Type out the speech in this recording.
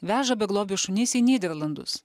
veža beglobius šunis į nyderlandus